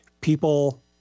People